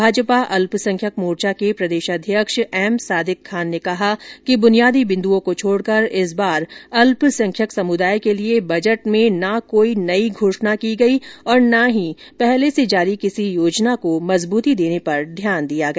भाजपा अल्पसंख्यक मोर्चा के प्रदेशाध्यक्ष एम सादिक खान ने कहा कि बुनियादी बिंदुओं को छोड़कर इस बार अल्पसंख्यक समुदाय के लिए बजट में न कोई नई घोषणा की गई और न ही पहले से जारी किसी योजना को मजबूती देने पर ध्यान दिया गया